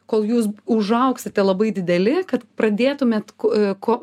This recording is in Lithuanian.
kol jūs užaugsite labai dideli kad pradėtumėt ko ko